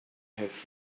has